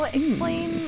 explain